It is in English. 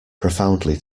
profoundly